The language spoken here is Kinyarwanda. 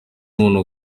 umuntu